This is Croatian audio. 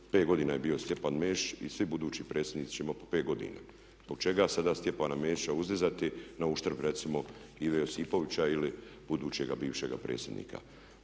godina je bio Stjepan Mesić i svi budući predsjednici će imati po pet godina. Zbog čega sada Stjepana Mesića uzdizati na uštrb recimo Ive Josipovića ili budućega bivšega predsjednika.